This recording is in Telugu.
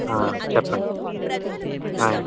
ఆ చెప్పండి ఆయ్